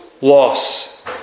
loss